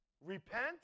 Repent